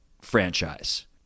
franchise